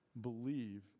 believe